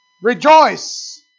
Rejoice